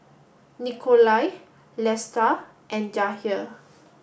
Nikolai Lesta and Jahir